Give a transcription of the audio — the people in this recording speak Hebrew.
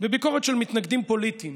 בביקורת של מתנגדים פוליטיים